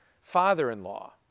father-in-law